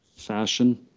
fashion